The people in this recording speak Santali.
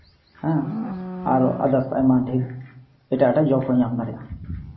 ᱦᱮᱸ ᱟᱨᱚ ᱟᱫᱟᱨᱥ ᱟᱭᱢᱟ ᱰᱷᱮᱨ ᱮᱴᱟᱜ ᱮᱴᱟᱜ ᱡᱚᱵ ᱠᱚ ᱧᱟᱢ ᱫᱟᱲᱮᱭᱟᱜᱼᱟ